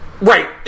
Right